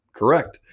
correct